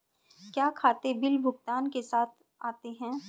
क्या खाते बिल भुगतान के साथ आते हैं?